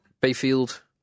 Bayfield